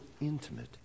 intimate